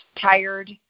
tired